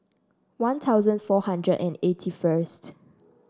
One Thousand four hundred and eighty first